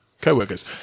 co-workers